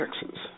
Texas